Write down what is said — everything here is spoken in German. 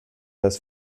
das